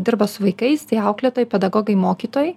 dirba su vaikais tie auklėtojai pedagogai mokytojai